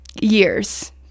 Years